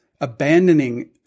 abandoning